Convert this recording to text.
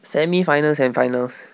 semi finals and finals